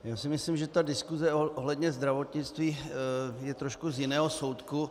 Já si myslím, že diskuse ohledně zdravotnictví je trošku z jiného soudku.